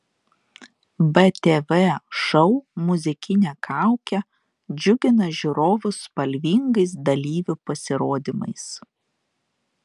btv šou muzikinė kaukė džiugina žiūrovus spalvingais dalyvių pasirodymais